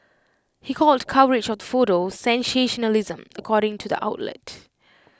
he called coverage of the photo sensationalism according to the outlet